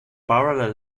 parallel